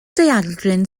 daeargryn